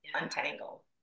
untangle